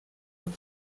were